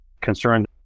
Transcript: concerned